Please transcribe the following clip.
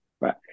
right